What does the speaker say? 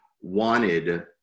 wanted